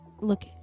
look